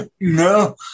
no